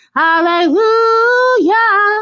hallelujah